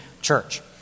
Church